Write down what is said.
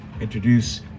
introduce